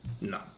no